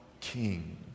king